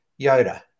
yoda